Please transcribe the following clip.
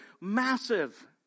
massive